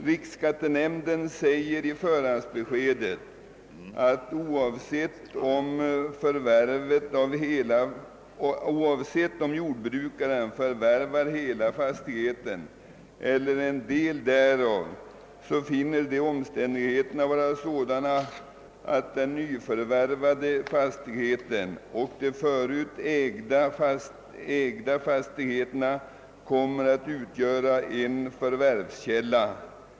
Riksskattenämnden har i sitt förhandsbesked sagt, att nämnden, oavsett om jordbrukaren förvärvar hela fastigheten eller en del därav, finner omständigheterna vara sådana, att den nyförvärvade fastigheten samt de redan tidigare ägda fastigheterna måste anses utgöra en förvärvskälla.